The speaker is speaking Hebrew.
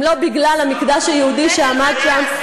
אם לא בגלל המקדש היהודי שעמד שם?